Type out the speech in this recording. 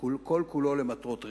שכל כולו למטרות רווח,